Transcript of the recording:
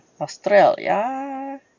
Australia